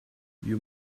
you